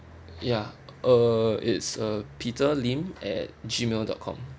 ya uh it's uh peter lim at G mail dot com